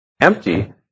empty